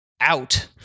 out